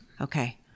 Okay